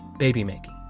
baby making.